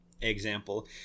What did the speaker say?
example